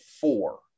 four